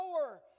power